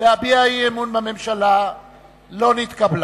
להביע אי-אמון בממשלה לא נתקבלה.